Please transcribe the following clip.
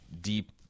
deep